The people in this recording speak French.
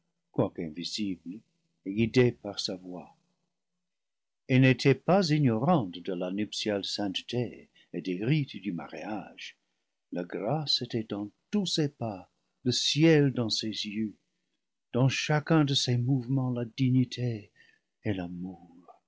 et guidée par sa voix elle n'était pas ignorante de la nuptiale sainteté et des rites du mariage la grâce était dans tous ses pas le ciel dans ses yeux dans chacun de ses mouvements la dignité et l'amour